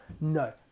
No